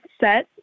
set